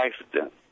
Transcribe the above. accident